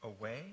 away